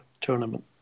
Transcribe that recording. tournament